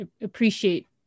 appreciate